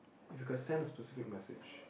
if you could send a specific message